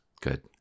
good